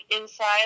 inside